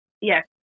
yes